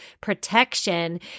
protection